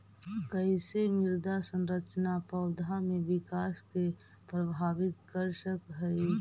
कईसे मृदा संरचना पौधा में विकास के प्रभावित कर सक हई?